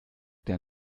der